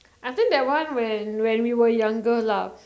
I think that one when when we were younger love